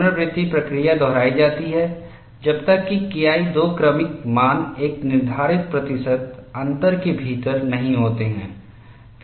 पुनरावृत्ति प्रक्रिया दोहराई जाती है जब तक कि KI दो क्रमिक मान एक निर्धारित प्रतिशत अंतर के भीतर नहीं होते हैं